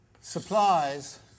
supplies